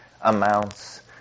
amounts